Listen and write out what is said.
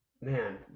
man